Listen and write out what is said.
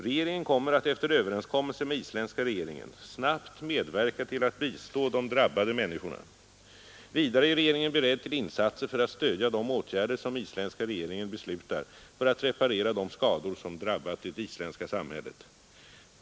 Regeringen kommer att efter överenskommelse med isländska regeringen snabbt medverka till att bistå de drabbade människorna. Vidare är regeringen beredd till insatser för att stödja de åtgärder som isländska regeringen beslutar för att reparera de skador som drabbat det isländska samhället.